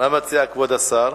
מה מציע כבוד השר?